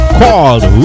called